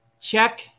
Check